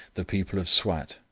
the people of swat,